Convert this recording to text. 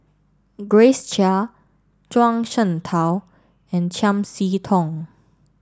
Grace Chia Zhuang Shengtao and Chiam See Tong